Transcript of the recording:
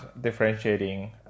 differentiating